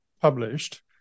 published